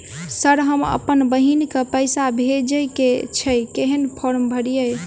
Sir हम अप्पन बहिन केँ पैसा भेजय केँ छै कहैन फार्म भरीय?